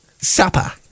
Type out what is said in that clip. supper